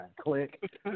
Click